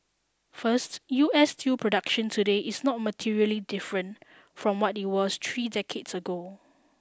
first U S steel production today is not materially different from what it was three decades ago